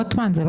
דבר בשמך.